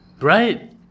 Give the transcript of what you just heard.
Right